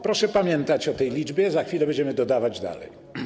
Proszę pamiętać o tej liczbie, za chwilę będziemy dodawać dalej.